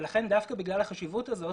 לכן דווקא בגלל החשיבות הזאת